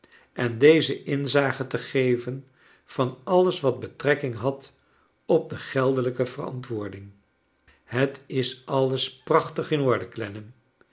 en dezen inzage te geven van alles wat betrekking had op de geldelijke verantwoording het is alles prachtig in orde